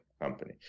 company